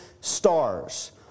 stars